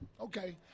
okay